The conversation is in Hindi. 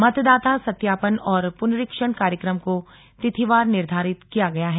मतदाता सत्यापन और पुनरीक्षण कार्यक्रम को तिथिवार निर्धारित किया गया है